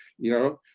you know?